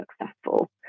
successful